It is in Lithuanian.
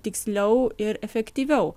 tiksliau ir efektyviau